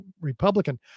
Republican